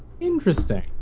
Interesting